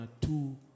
two